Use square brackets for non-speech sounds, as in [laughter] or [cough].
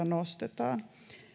[unintelligible] nostetaan